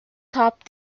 top